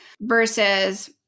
versus